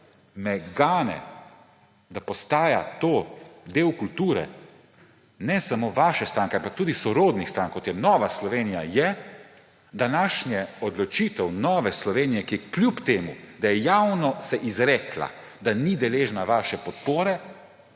me gane – da postaja to del kulture ne samo vaše stranke, ampak tudi sorodnih strank, kot je Nova Slovenija – je današnja odločitev Nove Slovenije, kljub temu da se je javno izrekla, da ni deležna vaše podpore,